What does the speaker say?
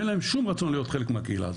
ואין להם שום רצון להיות חלק מהקהילה הזאת.